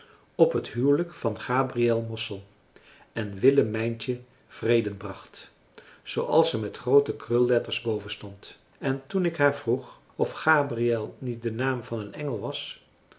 op het huwelijk van gabriël mossel en willemijntje vredenbracht zooals er met groote krulletters boven stond en toen ik haar vroeg of gabriël niet de naam van een engel was